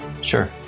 Sure